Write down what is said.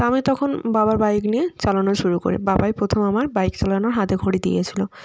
তো আমি তখন বাবার বাইক নিয়ে চালানো শুরু করি বাবাই প্রথম আমার বাইক চালানোর হাতেখড়ি দিয়েছিল